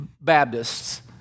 Baptists